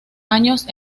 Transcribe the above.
años